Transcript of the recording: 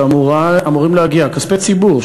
כספי ציבור,